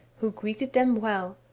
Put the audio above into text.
who greeted them well,